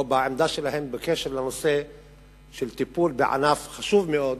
או בעמדה שלהן בקשר לנושא של טיפול בענף חשוב מאוד,